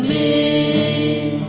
a